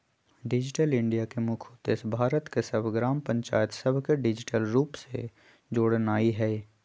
digital India के मुख्य उद्देश्य भारत के सभ ग्राम पञ्चाइत सभके डिजिटल रूप से जोड़नाइ हइ